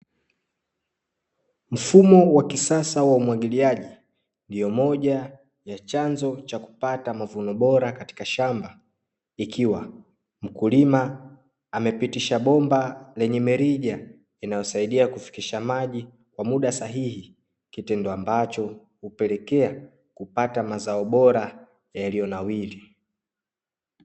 Mfumo wa kisasa wa umwagiliaji, ndio moja ya chanzo cha kupata mavuno bora katika shamba. Ikiwa mkulima amepitisha bomba lenye mirija inayosaidia kufikisha maji kwa muda sahihi, kitendo ambacho hupelekea kupata mazao bora yaliyonawiri.